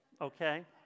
Okay